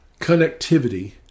connectivity